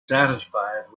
satisfied